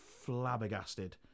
flabbergasted